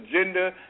agenda